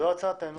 זו הצעתנו.